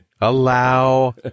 Allow